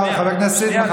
חבר הכנסת סעדה,